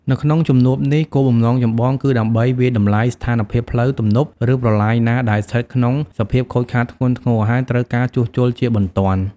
នៅក្នុងជំនួបនេះ គោលបំណងចម្បងគឺដើម្បីវាយតម្លៃស្ថានភាពផ្លូវ ទំនប់ ឬប្រឡាយណាដែលស្ថិតក្នុងសភាពខូចខាតធ្ងន់ធ្ងរ ហើយត្រូវការជួសជុលជាបន្ទាន់។